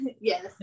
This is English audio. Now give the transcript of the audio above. yes